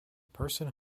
person